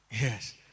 Yes